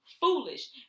foolish